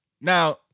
Now